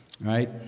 Right